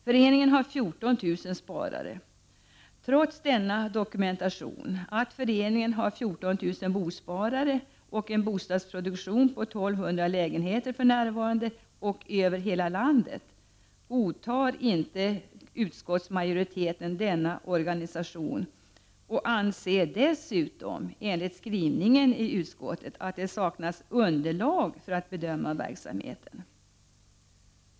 Föreningen har 14 000 bosparare. Trots denna dokumentation, att föreningen har 14 000 bosparare och en bostadsproduktion på 1 200 lägenheter för närvarande över hela landet godtar inte utskottsmajoriteten denna organisation och anser dessutom att det saknas underlag för att bedöma verksamheten.